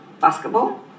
Basketball